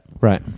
Right